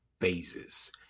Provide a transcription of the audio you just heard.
phases